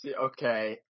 Okay